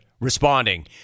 Responding